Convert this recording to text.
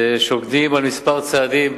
שוקדים על מספר צעדים,